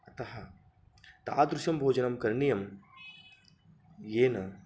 अतः तादृशं भोजनं करणीयं येन